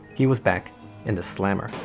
he was back in the slammer.